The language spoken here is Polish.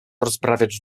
rozprawiać